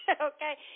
Okay